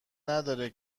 نداره